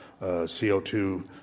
CO2